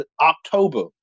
October